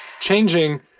changing